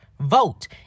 vote